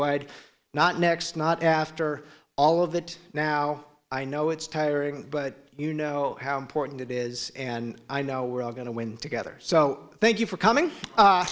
wide not next not after all of that now i know it's tiring but you know how important it is and i know we're all going to win together so thank you for